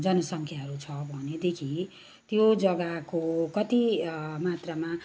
जनसङ्ख्याहरू छ भनेदेखि त्यो जग्गाको कति मात्रामा